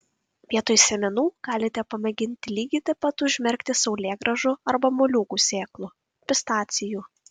vietoj sėmenų galite pamėginti lygiai taip pat užmerkti saulėgrąžų arba moliūgų sėklų pistacijų